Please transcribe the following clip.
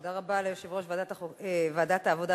תודה רבה ליושב-ראש ועדת העבודה,